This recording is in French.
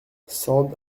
sand